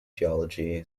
geology